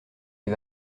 est